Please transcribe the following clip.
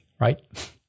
right